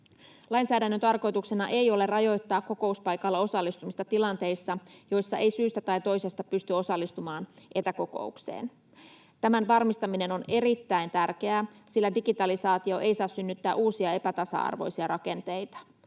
Lainsäädännön tarkoituksena ei ole rajoittaa kokouspaikalla osallistumista tilanteissa, joissa ei syystä tai toisesta pysty osallistumaan etäkokoukseen. Tämän varmistaminen on erittäin tärkeää, sillä digitalisaatio ei saa synnyttää uusia epätasa-arvoisia rakenteita.